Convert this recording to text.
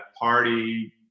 party